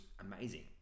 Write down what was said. amazing